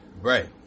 Right